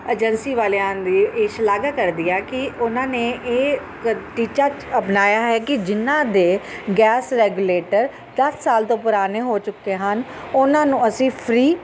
agency ਵਾਲਿਆਂ ਦੀ ਇਹ ਸ਼ਲਾਘਾ ਕਰਦੀ ਹਾਂ ਕਿ ਉਹਨਾਂ ਨੇ ਇਹ ਟੀਚਾ ਚ ਅਪਣਾਇਆ ਹੈ ਕਿ ਜਿਨ੍ਹਾਂ ਦੇ ਗੈਸ ਰੈਗੂਲੇਟਰ ਦਸ ਸਾਲ ਤੋਂ ਪੁਰਾਣੇ ਹੋ ਚੁੱਕੇ ਹਨ ਉਹਨਾਂ ਨੂੰ ਅਸੀਂ ਫਰੀ